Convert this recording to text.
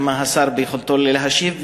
אם ביכולתו של השר להשיב,